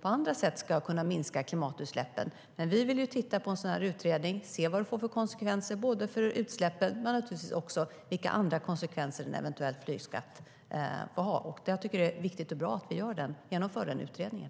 på hur vi ska kunna minska klimatutsläppen på andra sätt. Vi vill titta på en utredning och se vad det får för konsekvenser för utsläppen och vilka andra konsekvenser en eventuell flygskatt kan ha. Jag tycker att det är viktigt och bra att vi genomför utredningen.